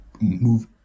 move